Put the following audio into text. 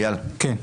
כן.